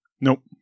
Nope